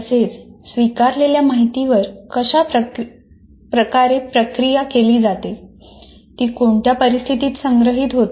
तसेच स्वीकारलेल्या माहितीवर कशी प्रक्रिया केली जाते ती कोणत्या परिस्थितीत संग्रहित होते